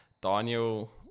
Daniel